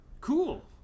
Cool